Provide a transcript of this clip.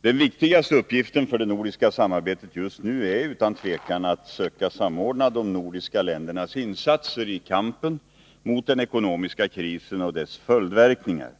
Den viktigaste uppgiften för det nordiska samarbetet just nu är utan tvivel att söka samordna de nordiska ländernas insatser i kampen mot den ekonomiska krisen och dess följdverkningar.